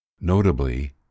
Notably